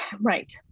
right